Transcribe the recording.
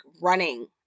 running